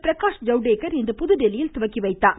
பிரகாஷ் ஜவ்டேகர் இன்று புதுதில்லியில் துவக்கிவைத்தார்